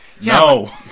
No